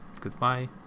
Goodbye